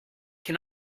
can